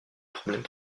problème